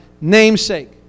namesake